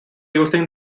using